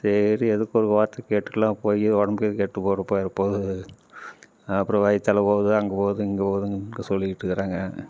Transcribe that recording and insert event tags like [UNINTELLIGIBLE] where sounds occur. சரி எதுக்கும் ஒரு வார்த்தை கேட்டுக்கலாம் போய் உடம்பு [UNINTELLIGIBLE] கெட்டு போய்டப் போய்றப் போகுது அப்புறம் வயிற்றால போகுது அங்கே போகுது இங்கே போகுதுன்னு [UNINTELLIGIBLE] சொல்லிக்கிட்டு இருக்கிறாங்க